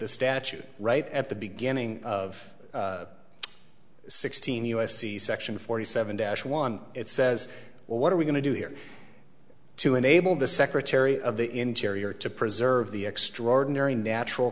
the statute right at the beginning of sixteen u s c section forty seven dash one it says well what are we going to do here to enable the secretary of the interior to preserve the extraordinary natural